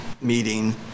meeting